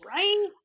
Right